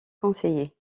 conseillers